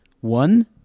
One